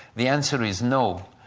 the answer is no.